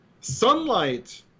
sunlight